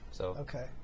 Okay